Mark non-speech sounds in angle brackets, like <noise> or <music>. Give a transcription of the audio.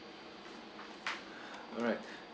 <breath> alright